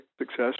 success